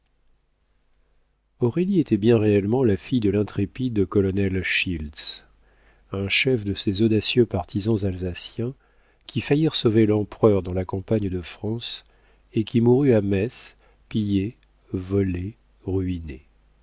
aurélie était bien réellement la fille de l'intrépide colonel schiltz un chef de ces audacieux partisans alsaciens qui faillirent sauver l'empereur dans la campagne de france et qui mourut à metz pillé volé ruiné